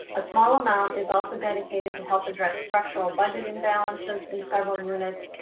a small amount is also dedicated to help address structural budget imbalances in several units,